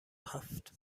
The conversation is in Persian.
هفت